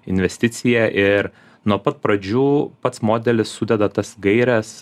investicija ir nuo pat pradžių pats modelis sudeda tas gaires